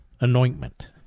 anointment